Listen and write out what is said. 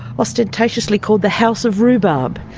ostentatiously called the house of rhubarb.